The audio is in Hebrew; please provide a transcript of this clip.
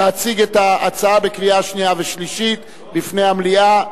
להציג את ההצעה לקריאה שנייה ושלישית בפני המליאה.